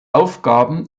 aufgaben